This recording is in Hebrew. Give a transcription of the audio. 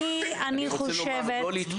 אני חושבת --- אני מבקש לא להתפרץ,